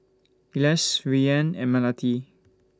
Elyas Rayyan and Melati